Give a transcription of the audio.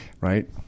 right